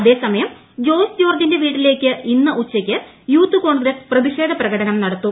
അതേസമയം ജോയ്സ് ജോർജ്ജിന്റെ വീട്ടിലേയ്ക്ക് ഇന്ന് ഉച്ചയ്ക്ക് യൂത്ത് കോൺഗ്രസ് പ്രതിഷേധ പ്രകടനം നടത്തും